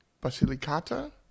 Basilicata